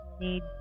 need